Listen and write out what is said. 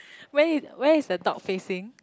where where is the duck facing